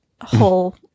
whole